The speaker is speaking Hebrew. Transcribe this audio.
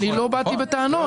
לא באתי בטענות,